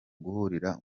guhungira